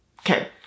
Okay